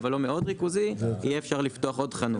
אבל לא מאוד ריכוזי, אפשר יהיה לפתוח עוד חנות.